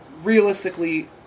realistically